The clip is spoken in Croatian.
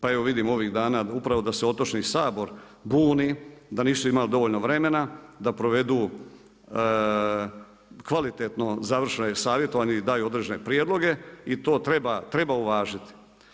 Pa evo vidimo ovih dana upravo da se Otočni sabor buni da nisu imali dovoljno vremena da provedu kvalitetno završno savjetovanje i daju određene prijedloge i to treba uvažiti.